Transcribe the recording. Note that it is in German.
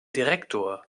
direktor